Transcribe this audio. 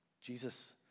Jesus